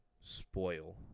spoil